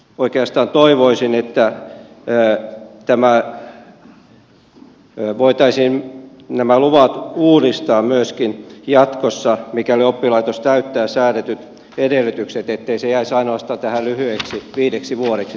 oikeastaan toivoisin että voitaisiin nämä luvat uudistaa myöskin jatkossa mikäli oppilaitos täyttää säädetyt edellytykset ettei tämä aika jäisi ainoastaan täksi lyhyeksi viideksi vuodeksi